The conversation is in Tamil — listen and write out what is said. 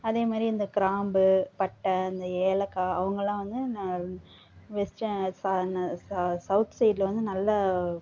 அதேமாதிரி இந்த கிராம்பு பட்டை இந்த ஏலக்காய் அவங்கெல்லாம் வந்து நல் இந்த வெஸ்டர்ன் சா சௌத் சைடில் வந்து நல்லா